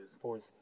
Fours